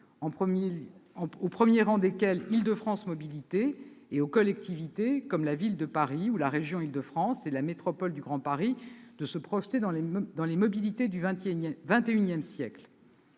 au premier rang desquelles figure Île-de-France Mobilités, et aux collectivités comme la Ville de Paris, la région Île-de-France ou la métropole du Grand Paris de se projeter dans les mobilités du XXI siècle.